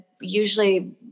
usually